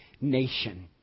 nation